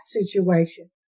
situation